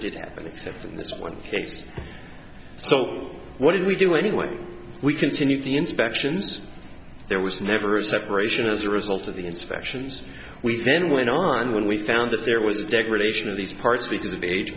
did happen except in this one so what did we do anyway we continued the inspections there was never a separation as a result of the inspections we then went on when we found that there was a degradation of these parts because of age